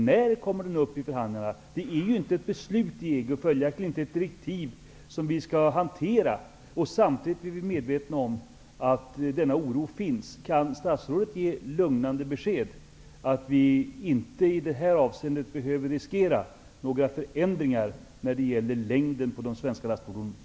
Det har inte fattats något beslut i EG. Följaktligen finns inget direktiv att hantera. Samtidigt är vi medvetna om att denna oro finns. Kan statsrådet ge det lugnande beskedet att vi inte i detta avseende behöver riskera några förändringar när det gäller längden på de svenska lastfordonen?